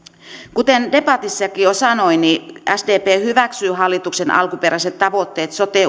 kuten debatissakin jo sanoin sdp hyväksyy hallituksen alkuperäiset tavoitteet sote